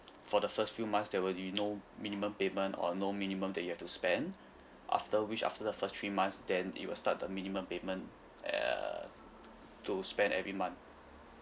for the first few months there will be no minimum payment or no minimum that you have to spend after which after the first three months then it will start a minimum payment err to spend every month